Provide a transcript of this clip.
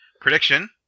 prediction